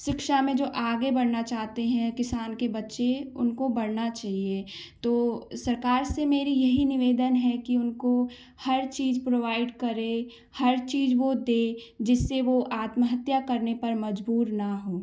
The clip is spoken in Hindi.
शिक्षा में जो आगे बढ़ना चाहते हैं किसान के बच्चे उनको बढ़ना चाहिए तो सरकार से मेरी यही निवेदन है कि उनको हर चीज़ प्रोवाइड करें हर चीज़ वह दें जिससे वह आत्महत्या करने पर मजबूर न हो